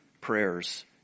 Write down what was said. prayers